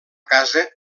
casa